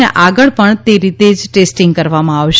અને આગળ પણ તે રીતે જ ટેસ્ટિંગ કરવામાં આવશે